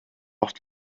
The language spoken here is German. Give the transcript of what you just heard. oft